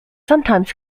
sometimes